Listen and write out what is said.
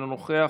אינו נוכח,